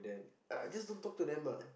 uh just don't talk to them ah